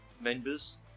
members